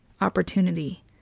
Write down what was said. opportunity